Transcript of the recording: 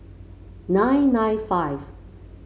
nine nine five